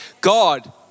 God